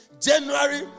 January